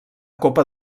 copa